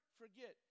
forget